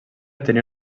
tenia